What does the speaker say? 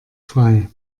frei